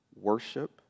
worship